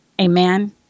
amen